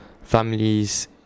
families